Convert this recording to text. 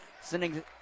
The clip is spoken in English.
sending